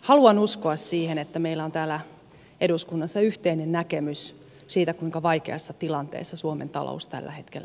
haluan uskoa siihen että meillä on täällä eduskunnassa yhteinen näkemys siitä kuinka vaikeassa tilanteessa suomen talous tällä hetkellä on